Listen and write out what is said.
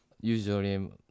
usually